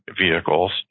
vehicles